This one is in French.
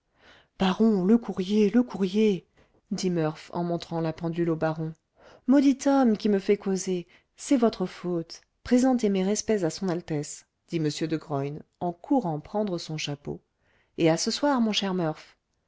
baron le courrier le courrier dit murph en montrant la pendule au baron maudit homme qui me fait causer c'est votre faute présentez mes respects à son altesse dit m de graün en courant prendre son chapeau et à ce soir mon cher murph